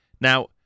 Now